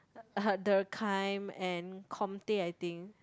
Durkheim and Comte I think